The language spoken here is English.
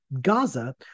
Gaza